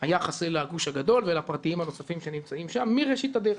היחס אל הגוש הגדול ואל הפרטיים הנוספים שנמצאים שם מראשית הדרך.